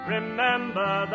Remember